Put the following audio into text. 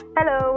Hello